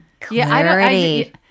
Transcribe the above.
Clarity